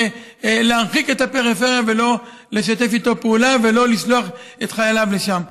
להרחיק את הפריפריה ולא לשתף איתה פעולה ולא לשלוח את חייליו לשם.